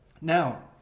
Now